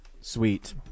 Sweet